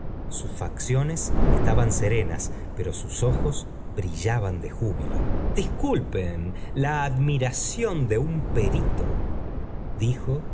sus mociones estaban serenas pero sus ojos brillaban de jubilo disculpen la admiración de un perito dijo